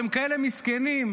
והם כאלה מסכנים.